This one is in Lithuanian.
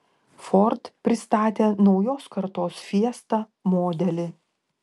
ford pristatė naujos kartos fiesta modelį